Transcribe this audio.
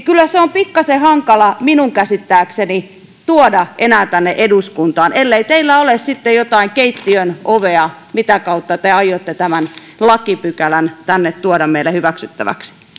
kyllä se on pikkasen hankalaa minun käsittääkseni tuoda enää tänne eduskuntaan ellei teillä ole sitten jotain keittiönovea mitä kautta te aiotte tämän lakipykälän tänne tuoda meille hyväksyttäväksi